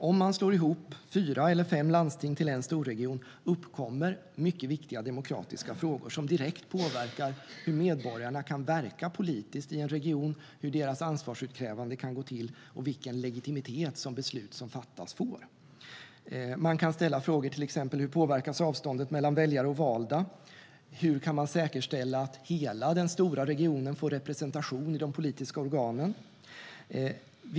Om man slår ihop fyra eller fem landsting till en storregion uppkommer mycket viktiga demokratiska frågor som direkt påverkar hur medborgarna kan verka politiskt i en region, hur deras ansvarsutkrävande kan gå till och vilken legitimitet som beslut som fattas får. Man kan ställa frågor som till exempel: Hur påverkas avståndet mellan väljare och valda? Hur kan man säkerställa att hela den stora regionen får representation i de politiska organen?